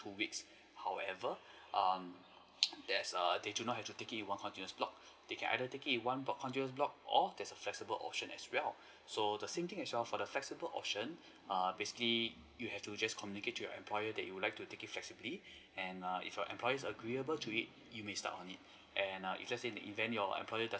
two weeks however um there's err they do not have to take it in one continuous block they can either take it in one block continuous block or there's a flexible option as well so the same thing as well for the flexible option err basically you have to just communicate to your employer that you would like to take it flexibly and err if your employer agreeable to it you may start on it and err if let's say in the event your employer does